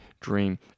dream